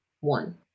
one